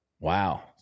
Wow